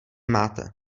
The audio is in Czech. máte